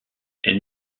elle